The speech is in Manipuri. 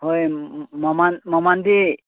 ꯍꯣꯏ ꯃꯃꯜ ꯃꯃꯜꯗꯤ